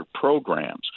programs